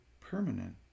permanent